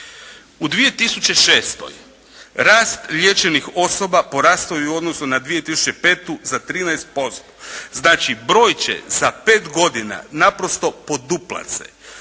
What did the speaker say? U 2006. rast liječenih osoba porastao je i u odnosu na 2005. za 13%. Znači broj će sa pet godina naprosto poduplat se.